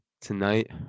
tonight